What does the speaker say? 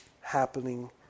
happening